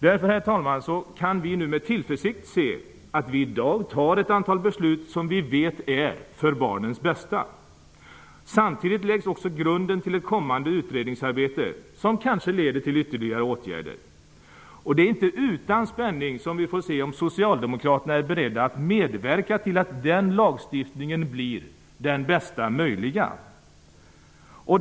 Därför kan vi med tillförsikt se att vi i dag tar ett antal beslut som vi vet är för barnens bästa. Samtidigt läggs grunden till ett kommande utredningsarbete som kanske leder till ytterligare åtgärder. Det är inte utan spänning som vi väntar på att få se om socialdemokraterna är beredda att medverka till att den lagstiftningen blir den bästa möjliga.